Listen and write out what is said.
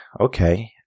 okay